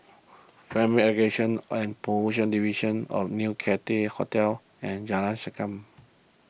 Family Education and Promotion Division a New Cathay Hotel and Jalan Segam